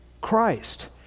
Christ